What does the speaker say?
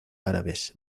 árabes